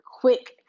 quick